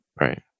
Right